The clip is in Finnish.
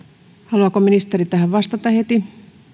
haluaako ministeri tähän vastata heti